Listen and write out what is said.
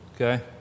Okay